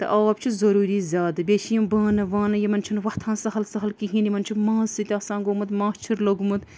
تہٕ آب چھُ ضٔروٗری زیادٕ بیٚیہِ چھِ یِم بانہٕ وانہٕ یِمَن چھِنہٕ وۄتھان سَہل سَہل کِہیٖنۍ یِمَن چھُ مازٕ سۭتۍ آسان گوٚمُت ماچھُر لوٚگمُت